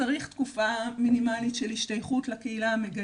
צריך תקופה מינימלית של השתייכות לקהילה המגיירת.